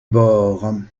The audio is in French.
bords